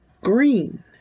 green